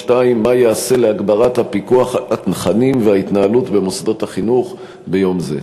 2. מה ייעשה להגברת הפיקוח על התכנים וההתנהלות במוסדות החינוך ביום זה?